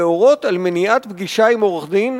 להורות על מניעת פגישה עם עורך-דין,